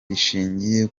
bishingiye